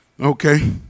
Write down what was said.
okay